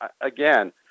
again